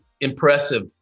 impressive